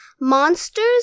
monsters